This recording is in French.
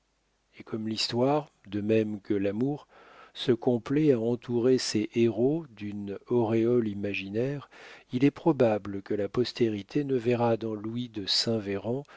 et comme l'histoire de même que l'amour se complaît à entourer ses héros d'une auréole imaginaire il est probable que la postérité ne verra dans louis de saint véran